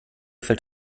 fällt